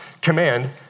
command